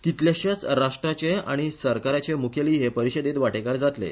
कितल्याश्याच राष्ट्राचे आनी सरकाराचे मुखेली हे परिषदेत वाटेकार जातले